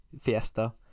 Fiesta